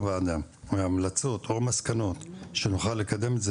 המלצות או מסקנות שנוכל לקדם,